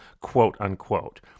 quote-unquote